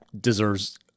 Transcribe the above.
deserves